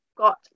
Got